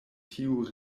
tiuj